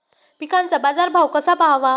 पिकांचा बाजार भाव कसा पहावा?